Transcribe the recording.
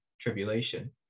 tribulation